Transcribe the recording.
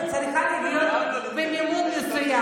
כנראה שטלי גוטליב צריכה להיות במינון מסוים.